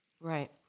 Right